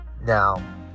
Now